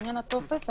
בעניין הטופס,